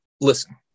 listen